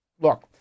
look